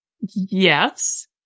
Yes